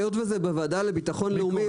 היות וזה בוועדה לביטחון לאומי,